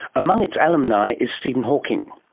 among its alumni is stephen hawking.